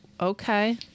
okay